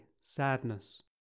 sadness